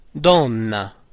donna